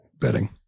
betting